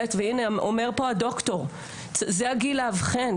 ב' והנה אומר פה הד"ר זה הגיל לאבחן,